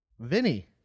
Vinny